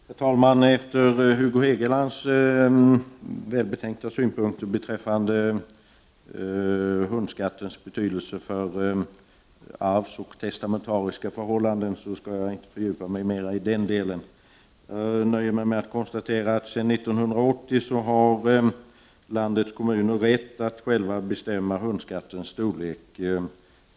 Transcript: Herr talman! Efter Hugo Hegelands välbetänkta synpunkter beträffande hundskattens betydelse för arvsförhållanden och testamentariska förhållanden skall jag inte fördjupa mig i den saken. Jag nöjer mig med att konstatera att landets kommuner sedan 1980 har rätt att själva bestämma hundskattens storlek.